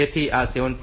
તેથી આ 7